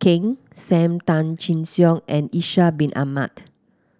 Kheng Sam Tan Chin Siong and Ishak Bin Ahmad